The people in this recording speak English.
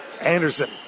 Anderson